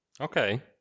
Okay